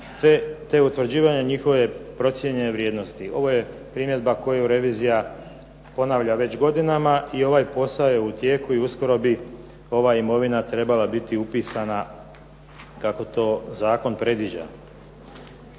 te utvrđivanje njihove procijenjene vrijednosti, ovo je primjedba koju revizija ponavlja već godinama i ovaj posao je u tijeku i uskoro bi ova imovina trebala biti upisana kako to zakon predviđa.